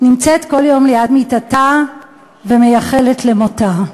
נמצאת כל יום ליד מיטתה ומייחלת למותה.